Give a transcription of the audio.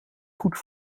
goed